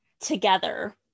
together